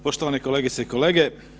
Poštovane kolegice i kolege.